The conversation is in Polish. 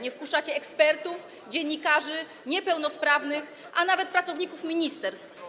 Nie wpuszczacie ekspertów, dziennikarzy, niepełnosprawnych, a nawet pracowników ministerstw.